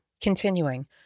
Continuing